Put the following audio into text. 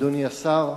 אדוני השר,